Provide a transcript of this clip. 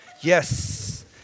Yes